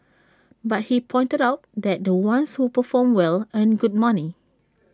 but he pointed out that the ones who perform well earn good money